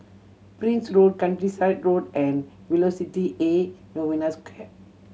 Prince Road Countryside Road and Velocity A Novena Square